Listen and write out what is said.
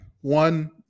One